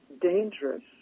dangerous